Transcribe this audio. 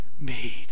made